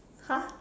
!huh!